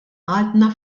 għadna